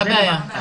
מה הבעיה?